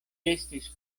estis